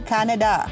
Canada